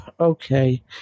okay